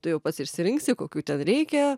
tu jau pats išsirinksi kokių ten reikia